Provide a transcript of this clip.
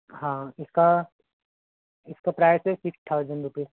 हाँ इसका इसका प्राइस है सिक्स थाऊज़ेंड रुपीज़